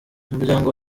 umuryango